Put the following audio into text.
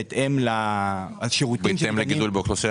הם בהתאם לגידול באוכלוסייה.